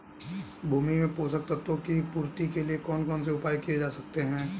भूमि में पोषक तत्वों की पूर्ति के लिए कौन कौन से उपाय किए जा सकते हैं?